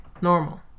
Normal